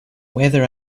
weather